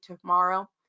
tomorrow